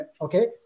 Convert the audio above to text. okay